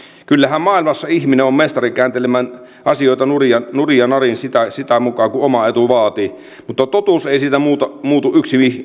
kyllähän maailmassa ihminen on mestari kääntelemään asioita nurin ja nurin ja narin sitä sitä mukaa kuin oma etu vaatii mutta totuus ei siitä muutu muutu